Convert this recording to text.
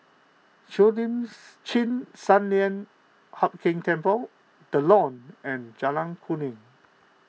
Cheo Lims Chin Sun Lian Hup Keng Temple the Lawn and Jalan Kuning